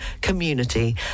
community